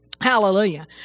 Hallelujah